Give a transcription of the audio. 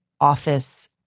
office